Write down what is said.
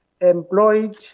employed